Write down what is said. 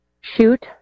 Shoot